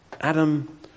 Adam